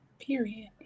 Period